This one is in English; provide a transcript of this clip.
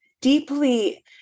deeply